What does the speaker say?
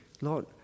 Lord